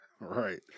Right